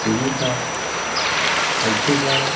बिनिफ्राय खायसेबा